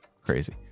crazy